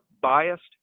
biased